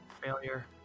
failure